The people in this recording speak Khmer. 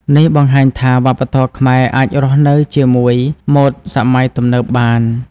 នេះបង្ហាញថាវប្បធម៌ខ្មែរអាចរស់នៅជាមួយម៉ូដសម័យទំនើបបាន។